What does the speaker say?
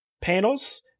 panels